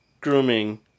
grooming